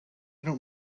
don’t